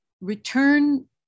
return